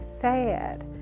sad